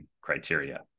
criteria